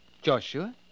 Joshua